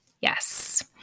Yes